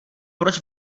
proč